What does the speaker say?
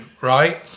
right